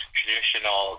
traditional